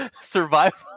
Survival